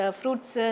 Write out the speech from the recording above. fruits